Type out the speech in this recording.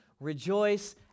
rejoice